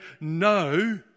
no